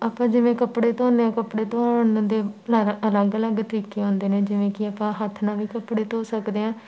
ਆਪਾਂ ਜਿਵੇਂ ਕੱਪੜੇ ਧੋਂਦੇ ਹਾਂ ਕੱਪੜੇ ਧੋਣ ਦੇ ਅਲੱ ਅਲੱਗ ਅਲੱਗ ਤਰੀਕੇ ਹੁੰਦੇ ਨੇ ਜਿਵੇਂ ਕਿ ਆਪਾਂ ਹੱਥ ਨਾਲ ਵੀ ਕੱਪੜੇ ਧੋ ਸਕਦੇ ਹਾਂ